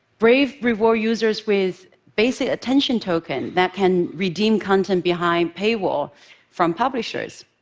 brave rewards users with basic attention tokens that can redeem content behind paywalls from publishers.